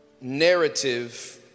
narrative